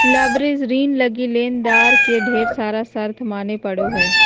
leveraged ऋण लगी लेनदार के ढेर सारा शर्त माने पड़ो हय